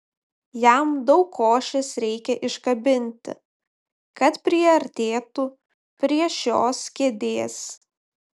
jam daug košės reikia iškabinti kad priartėtų prie šios kėdės